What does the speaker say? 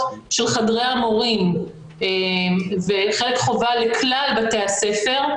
של חדרי המורים וחלק חובה לכלל בתי הספר,